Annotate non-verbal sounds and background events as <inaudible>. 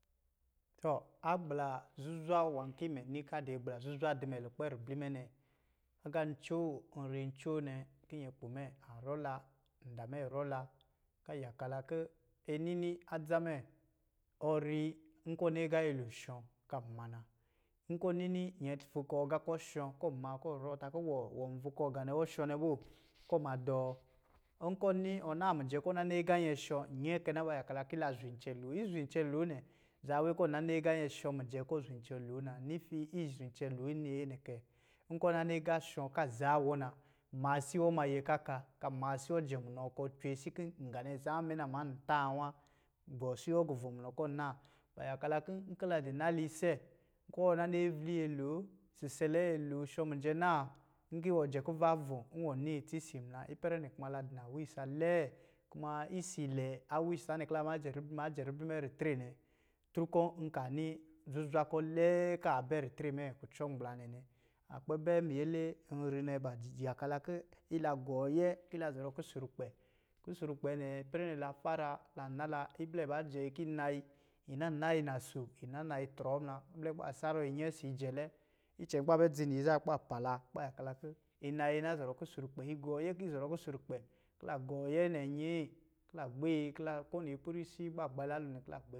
Tɔ, agbla zuzwa nwā kimɛ ni ka di agbla zuzwa di mɛ lukpɛ ribli mɛ nɛ, agā ncoo, n ri ncoo nɛ, ki nyɛkpo mɛ rɔ la, nda mɛ rɔ la, ka yaka la kɔ̄ yi nini adza mɛɛ, ɔ ri nkɔ̄ ɔ ni agā nyɛlo shɔ, kan ma na. nkɔ̄ nini nyɛ vukɔɔ agā kɔ shɔ̄ kɔɔ ma kɔɔ rɔ ta kɔ̄ wɔɔ, vukɔɔ ganɛ wɔ shɔ nɛ moo, kɔɔ ma dɔɔ. Nkɔ̄ ni ɔ naa mijɛ kɔ na ni agā nyɛ shɔ, nyɛɛ kɛ na, ba yaka laki la zwiicɛn loo, izwiicɛn loo nɛ zaa wekɔ ɔ nani agā nyɛ shɔ mijɛ kɔ swiicɛn loo na. Nufi izwii cɛn loo nyɛɛ nɛ kɛ, nkɔ̄ na nini agā shɔ ka zaa nna wɔ na, maa siwɔ ma yɛ kaka, kan maa siwɔ jɛ nunɔ kɔ cwesi kin nganɛ zaa mɛ na, amma ntā wa. Gɔɔ siwɔ gu vɔ munɔ kɔ naa. Ba yaka la kɔ̄, nki la di nala ise, ko ɔ na ni avli nyɛlo, sisɛlɛ nyɛlo shɔ mijɛ naa, nki wɔ jɛ kuva vɔ̄, iwɔ naa itsi si muna. Ipɛrɛ nɛ kumala di nawiisa lɛɛ kuma isiilɛ, awisa nɛ ki la mjɛ ribii, maa jɛ ribli mɛ ritre nɛ <unintelligible> nka ni zuzwa kɔ̄ lɛɛ kaa bɛ ritrɛ mɛ kucɔ ngbla nɛ nɛ. A kpɛ bɛ miyɛlɛ nri nɛ ba di yaka ki ila gɔɔyɛ kila zɔrɔ kusurkpɛ. Kusurkpɛ nɛ, ipɛrɛ nɛ la fara, nan nala, iblɛ ba jɛ yi ki yi nayi, ina nayi naso, ina nayi trɔɔ muna, iblɛ ki ba sarɔɔyi nyɛ si ijɛlɛ. Icɛn kuba bɛ dzi niyi zaa kuba pa la kuba yaka kɔ̄ yi nayi na zɔrɔ kusurkpɛ, igɔɔyɛ kiyi zɔrɔ kusurkpɛ. Ki la gɔɔyɛ nɛ nyɛɛ, kila gbiin kila ko nipɛrisi kuba gba la a lɔ kila.